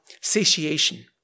satiation